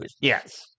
Yes